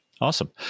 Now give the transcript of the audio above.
Awesome